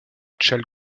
charles